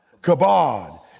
Kabod